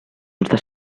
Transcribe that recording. gusta